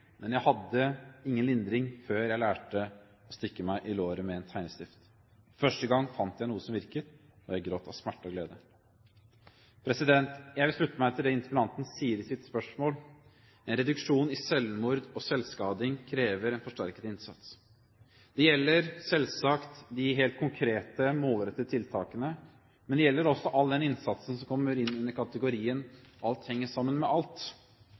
men jeg hadde ingen lindring før jeg lærte å stikke meg i låret med en tegnestift. For første gang fant jeg noe som virket, og jeg gråt av smerte og glede.» Jeg vil slutte meg til det interpellanten sier i sitt spørsmål: En reduksjon i antall selvmord og selvskading krever en forsterket innsats. Det gjelder selvsagt de helt konkrete, målrettede tiltakene, men det gjelder også all den innsatsen som kommer innunder kategorien «alt henger sammen med alt».